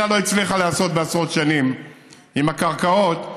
לא הצליחה לעשות בעשרות שנים עם הקרקעות,